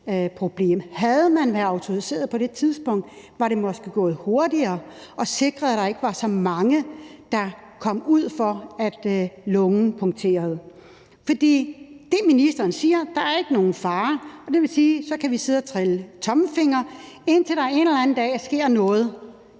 på det tidspunkt, var det måske gået hurtigere med at sikre, at der ikke var så mange, der kom ud for, at lungen punkterede. Ministeren siger, at der ikke er nogen fare, og det vil sige, at så kan vi sidde og trille tommelfingre, indtil der en eller anden dag sker noget,